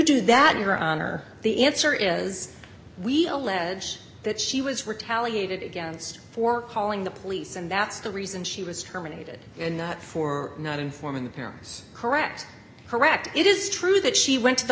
do that your honor the answer is we allege that she was retaliated against for calling the police and that's the reason she was terminated and that for not informing the parents correct correct it is true that she went to the